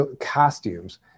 costumes